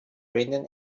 random